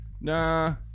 Nah